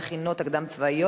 בעד,